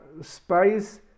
spice